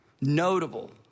notable